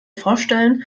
vorstellen